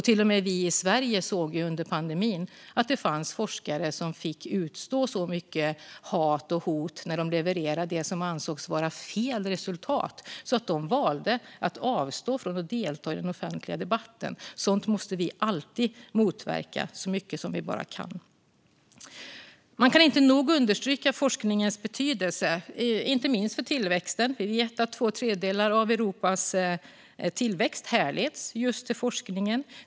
Till och med vi i Sverige såg under pandemin att det fanns forskare som fick utstå så mycket hat och hot när de levererade resultat som ansågs vara fel att de valde att avstå från att delta i den offentliga debatten. Sådant måste vi alltid motverka så mycket som vi bara kan. Man kan inte nog understryka forskningens betydelse, inte minst för tillväxten. Vi vet att två tredjedelar av Europas tillväxt härleds just till forskningen.